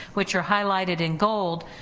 which are highlighted in gold,